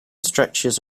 stretches